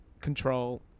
Control